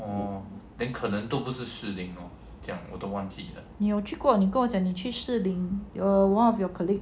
你跟我讲你去士林 or one of your colleague